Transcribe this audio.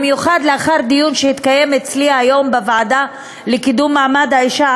במיוחד לאחר דיון שהתקיים היום אצלי בוועדה לקידום מעמד האישה,